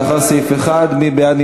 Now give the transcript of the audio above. לאחרי סעיף 1. מי בעד?